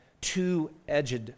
two-edged